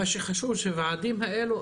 מה שחשוב בוועדים האלה,